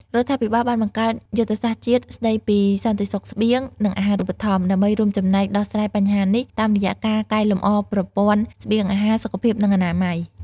រដ្ឋាភិបាលបានបង្កើត យុទ្ធសាស្ត្រជាតិស្តីពីសន្តិសុខស្បៀង និងអាហារូបត្ថម្ភ ដើម្បីរួមចំណែកដោះស្រាយបញ្ហានេះតាមរយៈការកែលម្អប្រព័ន្ធស្បៀងអាហារ សុខភាព និងអនាម័យ។